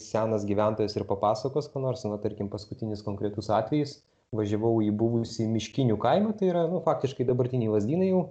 senas gyventojas ir papasakos ką nors tarkim paskutinis konkretus atvejis važiavau į buvusį miškinių kaimą tai yra faktiškai dabartiniai lazdynai jau